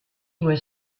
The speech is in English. was